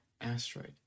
asteroid